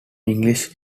english